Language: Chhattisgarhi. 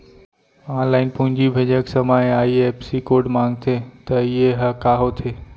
ऑनलाइन पूंजी भेजे के समय आई.एफ.एस.सी कोड माँगथे त ये ह का होथे?